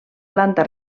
planta